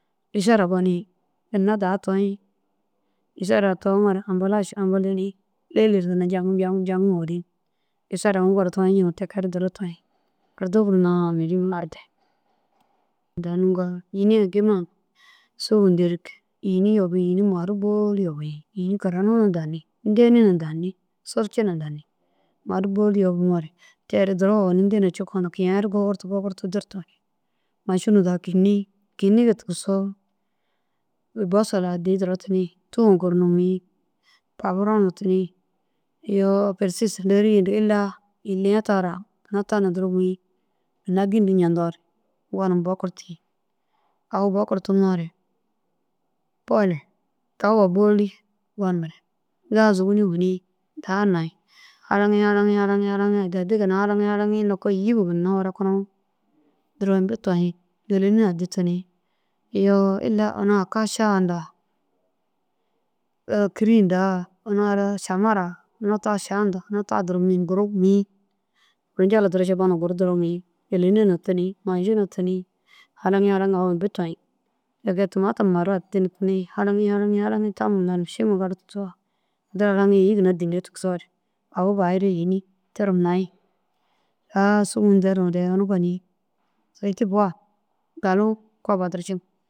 Êšara gonii ginna daha toyi êšira daha tomoo ambelas ambêleni lêle ru ginna jaŋi jaŋi fûri kisa ru ini gor toyi njiŋa ti kee ru duro toyi ôrdobuna ŋûliru narde daha nûkar. sûgu interig yîni yobig yîni maru bôli yobig yîni karanu na dani ndêni na danni surci na danni maru bôli yobumoore tere duro owoni ntêna cikoo na kiyayi ru gogortu gogortu durture mašinu daha kîni kînige tigisoo bosol addi duro tuni tûm gurna mûyi pabura na tuni. Iyoo persi sinôri yidig illa iliya tana ina duro mûyi ginna gîndu njendoore gonum bo kurti au bo kurtumoore poli towa bôli gunumare gazu wîni fûni daha nayi halaŋi halaŋi halaŋi adda addi ginna halaŋi halaŋi nokoo îyi huma ginna nokoo furakinoo duro imbi toyi gîleni addi tuni iyoo illa ina aka šaa hundaã iyoo kîri ndaa ina ara šaŋara ina ta šaa huntaã duro mûyi guru ni kurñala duro cikoo na dogi gîleni na tuni maji na tuni halaŋi awu imbi toyi. Ti kee tumatuma maru addi na tuni halaŋi halaŋi halaŋi tamum ranim šima gali tigisoo duro rani îyi ginna dîrine tigisoore awu bahire yîni tirim nayi saga sûgu interure unnu goni galu koba duro ciŋa.